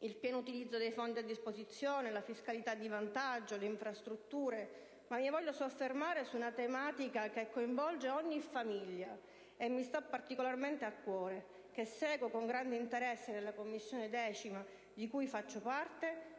il pieno utilizzo dei fondi a disposizione, la fiscalità di vantaggio, le infrastrutture, ma mi voglio soffermare su una tematica che coinvolge ogni famiglia, che mi sta particolarmente a cuore e che seguo con grande interesse nella 10a Commissione, di cui faccio parte: